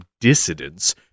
dissidents